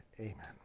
Amen